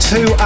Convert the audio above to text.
Two